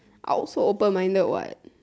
I also open-minded what